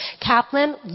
Kaplan